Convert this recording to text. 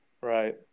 right